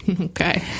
Okay